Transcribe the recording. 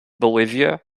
bolivia